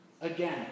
Again